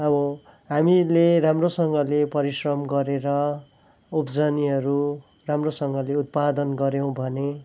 अब हामीले राम्रोसँगले परिश्रम गरेर उब्जनीहरू राम्रोसँगले उत्पादन गऱ्यौँ भने